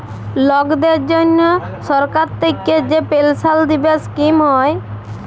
লকদের জনহ সরকার থাক্যে যে পেলসাল দিবার স্কিম হ্যয়